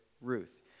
Ruth